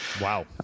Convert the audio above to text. Wow